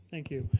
thank you.